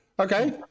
okay